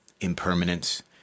impermanence